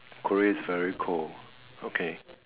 Korea's very cold okay